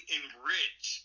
enrich –